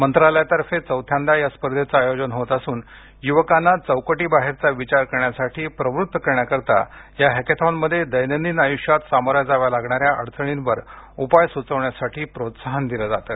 मंत्रालयातर्फे चौथ्यांदा या स्पर्धेचं आयोजन होत असून युवकांना चौकटीबाहेरचा विचार करण्यासाठी प्रवृत्त करण्याकरिता या हॅकेथॉनमध्ये दैनंदिन आयुष्यात सामोऱ्या जाव्या लागणाऱ्या अडचणींवर उपाय सुचवण्यासाठी प्रोत्साहन दिलं जातं